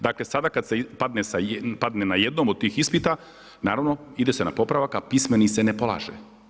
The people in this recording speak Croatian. Dakle sada kada se padne na jednom od tih ispita, naravno ide se na popravak a pismeni se ne polaže.